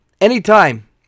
anytime